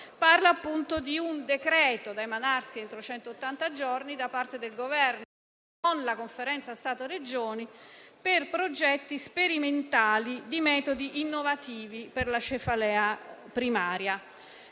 appunto di un decreto da emanarsi entro centottanta giorni da parte del Governo, previa intesa con la Conferenza Stato-Regioni, per progetti sperimentali di metodi innovativi per la cefalea primaria.